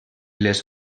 les